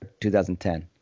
2010